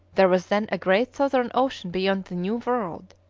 there was then a great southern ocean beyond the new world.